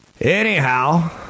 Anyhow